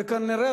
וכנראה,